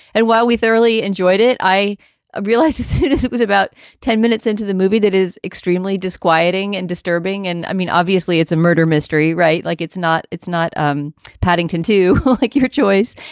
and while we thoroughly enjoyed it, i ah realized how serious it was about ten minutes into the movie. that is extremely disquieting and disturbing. and i mean, obviously, it's a murder mystery, right? like, it's not it's not um paddington to like your choice.